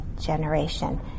generation